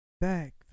back